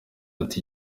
ati